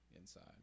inside